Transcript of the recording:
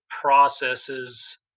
processes